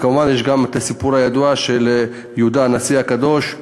וכמובן יש גם הסיפור הידוע על יהודה הנשיא הקדוש,